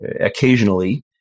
occasionally